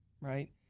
right